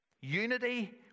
Unity